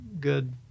good